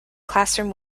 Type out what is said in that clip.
classroom